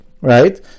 right